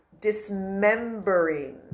dismembering